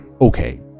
Okay